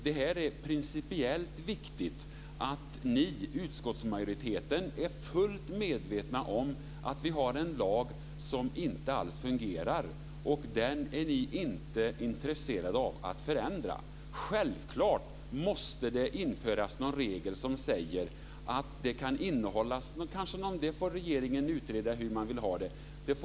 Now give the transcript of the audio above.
Det är principiellt viktigt att utskottsmajoriteten är fullt medveten om att vi har en lag som inte alls fungerar, och ni är inte alls intresserade av att förändra den. Det måste självfallet införas en regel som säger att en viss procentsats ska hållas inne som ska gå till hemresan.